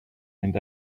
and